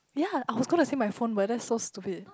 ya I was gonna say my phone but that's so stupid